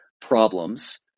problems